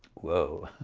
whoa.